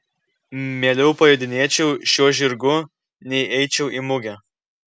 mieliau pajodinėčiau šiuo žirgu nei eičiau į mugę